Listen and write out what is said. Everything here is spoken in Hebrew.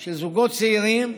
של זוגות צעירים.